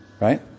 right